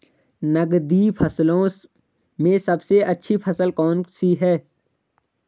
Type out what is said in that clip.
नकदी फसलों में सबसे अच्छी फसल कौन सी है?